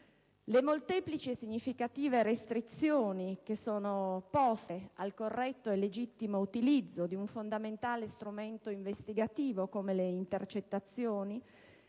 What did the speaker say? Le molteplici e significative restrizioni, che sono poste al corretto e legittimo utilizzo di un fondamentale strumento investigativo come le intercettazioni,